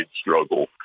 struggle